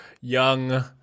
young